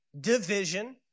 Division